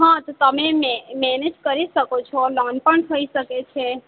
હા તો તમે મી મેનેજ કરી શકો છો લોન પણ થઈ શકે છે